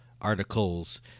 articles